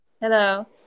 Hello